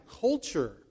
culture